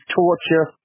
torture